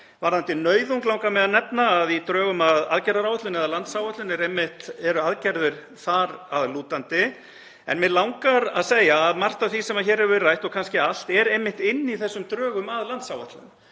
Varðandi nauðung langar mig að nefna að í drögum að aðgerðaáætlun eða landsáætlun eru einmitt aðgerðir þar að lútandi. En mig langar að segja að margt af því sem hér hefur verið rætt, og kannski allt, er einmitt inni í þessum drögum að landsáætlun